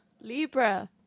Libra